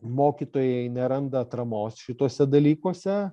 mokytojai neranda atramos šituose dalykuose